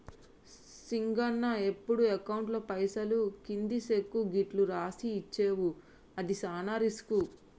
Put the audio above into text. సింగన్న ఎప్పుడు అకౌంట్లో పైసలు కింది సెక్కు గిట్లు రాసి ఇచ్చేవు అది సాన రిస్కు